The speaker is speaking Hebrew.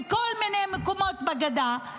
בכל מיני מקומות בגדה,